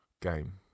game